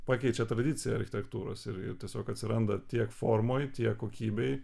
pakeičia tradiciją architektūros ir ir tiesiog atsiranda tiek formoj tiek kokybėj